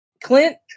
Clint